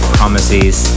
Promises